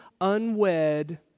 unwed